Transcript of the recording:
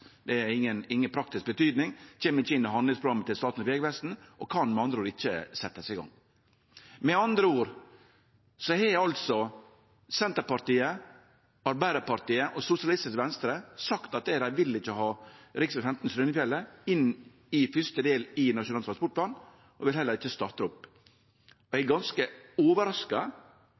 Det har inga praktisk betyding. Det kjem ikkje inn i handlingsplanen til Statens vegvesen – og kan med andre ord ikkje setjast i gang. Med andre ord har altså Senterpartiet, Arbeidarpartiet og Sosialistisk Venstreparti sagt at dei ikkje vil ha rv. 15 Strynefjellet inn i fyrste del i Nasjonal transportplan, og då vil ein heller ikkje starte opp. Eg er ganske overraska,